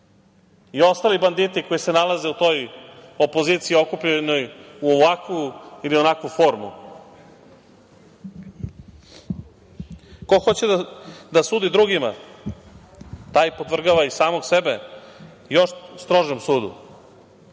i ostali banditi koji se nalaze u toj opoziciji okupljenoj u ovakvu ili onakvu formu. Ko hoće da sudi drugima, taj podvrgava i samog sebe još strožem sudu,